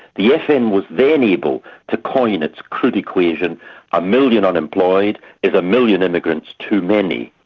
the fn was then able to coin its crude equation a million unemployed is a million immigrants too many,